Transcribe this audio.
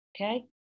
Okay